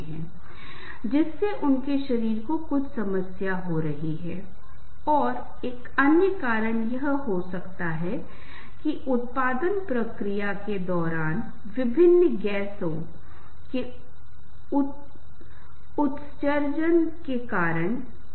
संगीत हमारे जीवन का बहुत महत्वपूर्ण हिस्सा है हम इसे आनंद के लिए सुनते हैं लेकिन मल्टीमीडिया प्रस्तुतियों और साथ ही विज्ञापन सहित विभिन्न प्रकार के व्यावसायिक संदर्भों के संदर्भ में संगीत बहुत महत्त्वपूर्ण है